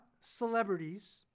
celebrities